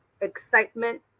excitement